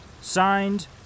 Signed